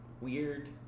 weird